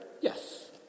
Yes